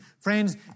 Friends